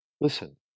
Listen